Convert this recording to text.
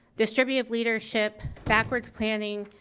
distributive leadership, backwards planning,